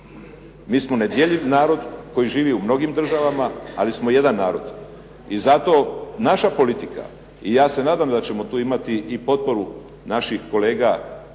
mi smo nedjeljiv narod koji živi u mnogim državama, ali smo jedan narod. I zato naša politika i ja se nadam da ćemo tu imati i potporu naših kolega